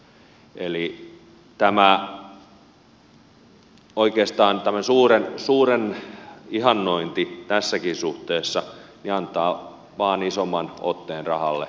eli oikeastaan tämän suuren ihannointi tässäkin suhteessa antaa vain isomman otteen rahalle